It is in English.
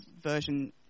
Version